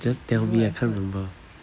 just tell me I can't remember